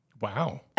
Wow